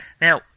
Now